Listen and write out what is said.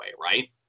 right